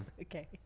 Okay